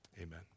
Amen